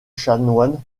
chanoines